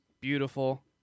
beautiful